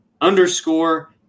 underscore